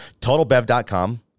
totalbev.com